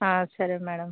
సరే మేడం